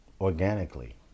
organically